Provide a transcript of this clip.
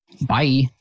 Bye